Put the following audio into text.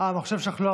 שמונה